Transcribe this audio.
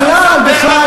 בכלל,